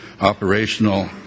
operational